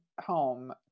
home